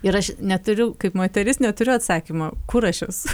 ir aš neturiu kaip moteris neturiu atsakymo kur aš esu